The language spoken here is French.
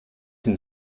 une